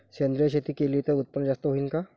सेंद्रिय शेती केली त उत्पन्न जास्त होईन का?